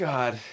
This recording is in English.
God